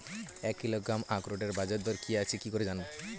এক কিলোগ্রাম আখরোটের বাজারদর কি আছে কি করে জানবো?